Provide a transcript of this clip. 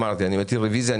כאמור אני מתיר רביזיה.